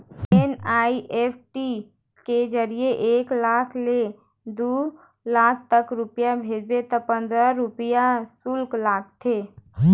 NEFT के जरिए एक लाख ले दू लाख तक रूपिया भेजबे त पंदरा रूपिया सुल्क लागथे